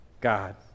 God